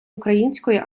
української